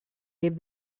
have